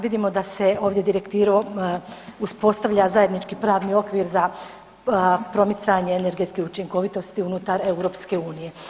Vidimo da se ovdje direktivom uspostavlja zajednički pravni okvir za promicanje energetske učinkovitosti unutar EU.